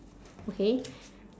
okay